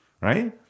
right